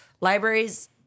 libraries